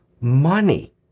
money